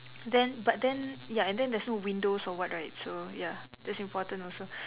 then but then ya and then there's no windows or what right so ya that's important also